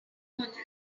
parking